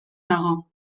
dago